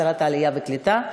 שרת העלייה והקליטה,